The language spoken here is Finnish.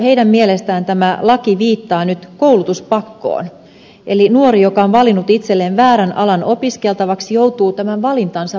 heidän mielestään laki viittaa nyt koulutuspakkoon eli nuori joka on valinnut itselleen väärän alan opiskeltavaksi joutuu tämän valintansa vangiksi